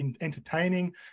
entertaining